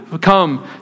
come